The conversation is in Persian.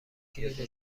کلید